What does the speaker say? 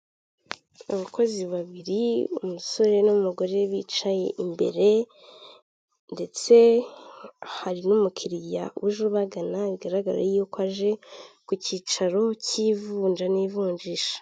Abakozi babiri umusore n'umugore bicaye imbere ndetse hari n'umukiriya uje ubagana bigaragara yuko aje ku cyicaro cy'ivunja n'ivunjisha.